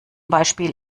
beispiel